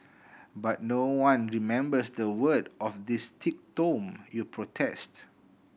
but no one remembers the word of this thick tome you protest